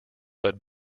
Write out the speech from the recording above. but